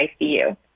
ICU